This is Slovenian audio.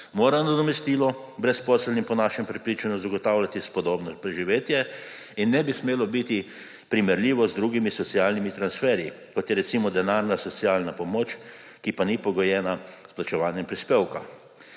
mora nadomestilo brezposelnim po našem prepričanju zagotavljati spodobno preživetje in ne bi smelo biti primerljivo z drugimi socialnimi transferji, kot je, recimo, denarna socialna pomoč, ki pa ni pogojena s plačevanjem prispevka.